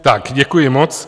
Tak, děkuji moc.